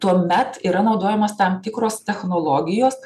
tuomet yra naudojamos tam tikros technologijos